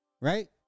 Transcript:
Right